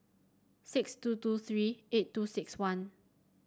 six two two three eight two six one